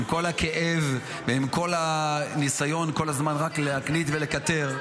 -- עם כל הכאב ועם כל הניסיון כל הזמן רק להקניט ולקטר,